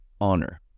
Honor